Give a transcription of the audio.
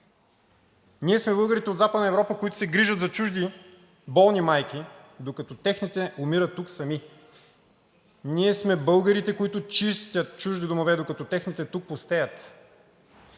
Ние сме българите от Западна Европа, които се грижат за чужди болни майки, докато техните умират тук сами. Ние сме българите, които чистят чуждите домове, докато техните тук пустеят.